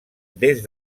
des